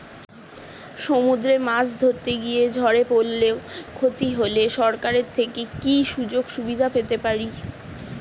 সমুদ্রে মাছ ধরতে গিয়ে ঝড়ে পরলে ও ক্ষতি হলে সরকার থেকে কি সুযোগ সুবিধা পেতে পারি?